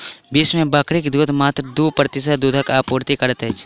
विश्व मे बकरीक दूध मात्र दू प्रतिशत दूधक आपूर्ति करैत अछि